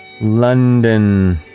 London